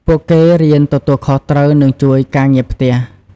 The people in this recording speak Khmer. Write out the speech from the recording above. ពួកគេរៀនទទួលខុសត្រូវ និងជួយការងារផ្ទះ។